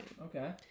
Okay